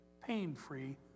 pain-free